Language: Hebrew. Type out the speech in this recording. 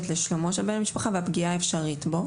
לשלומו של בן המשפחה והפגיעה האפשרית בו.